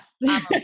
Yes